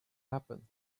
happen